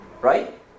right